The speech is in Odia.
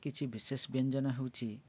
କିଛି ବିଶେଷ ବ୍ୟଞ୍ଜନ ହେଉଛି